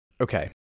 Okay